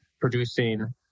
producing